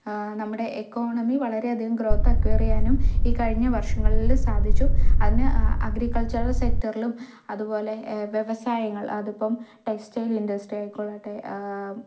നമ്മുടെ എക്കോണമി വളരെയധികം ഗ്രോത്ത് അക്വേറിയം ഈ കഴിഞ്ഞ വർഷങ്ങളിൽ സാധിച്ചു അതിന് അഗ്രികൾച്ചർ സെക്ടറിലും അതുപോലെ വ്യവസായങ്ങൾ അതിപ്പം ടെക്സ്റ്റൈൽ ഇൻഡസ്ട്രി ആയിക്കൊള്ളട്ടെ